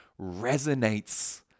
resonates